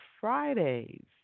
Fridays